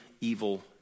evil